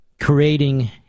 creating